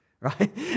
right